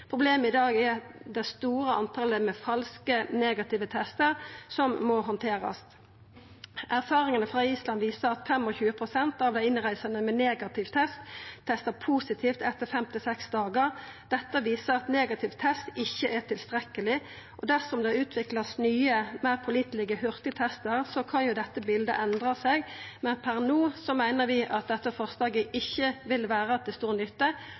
Problemet i dag er det høge talet med falske negative testar som må handterast. Erfaringane frå Island viser at 25 pst. av dei innreisande med negativ test testar positivt etter fem–seks dagar. Dette viser at negativ test ikkje er tilstrekkeleg. Dersom det vert utvikla nye, meir pålitelege hurtigtestar, kan dette bildet endra seg, men per no meiner vi at dette forslaget ikkje vil vera til stor nytte